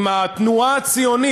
עם התנועה הציונית,